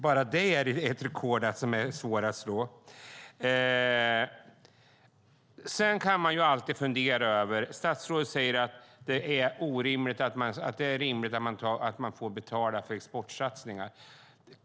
Bara det är ett rekord som är svårt att slå. Statsrådet säger att det är rimligt att man får betala för exportsatsningar.